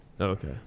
Okay